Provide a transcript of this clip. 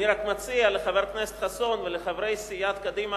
אני רק מציע לחבר הכנסת חסון ולחברי סיעת קדימה